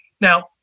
Now